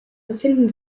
befinden